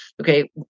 okay